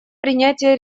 принятия